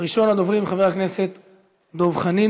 ההצעה תועבר לדיון בוועדת העבודה,